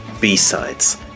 b-sides